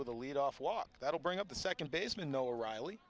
with the lead off walk that'll bring up the second baseman no riley